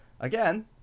again